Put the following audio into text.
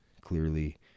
Clearly